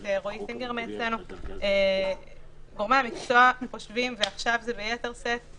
את ד"ר רועי סינגר ועכשיו ביתר שאת,